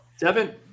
Devin